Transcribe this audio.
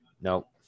nope